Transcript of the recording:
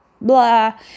blah